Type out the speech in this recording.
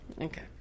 okay